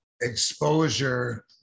exposure